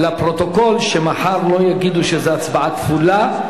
לפרוטוקול, שלא יגידו מחר שזה הצבעה כפולה.